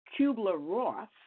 Kubler-Ross